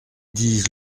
disent